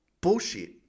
Bullshit